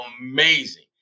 amazing